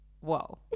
whoa